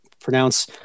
pronounce